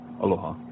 Aloha